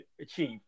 achieve